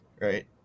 Right